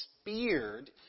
speared